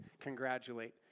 congratulate